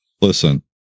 listen